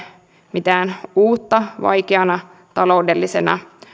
mitään uutta vaikeana taloudellisena